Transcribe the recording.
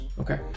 Okay